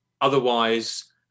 Otherwise